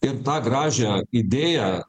ir tą gražią idėją